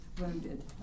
wounded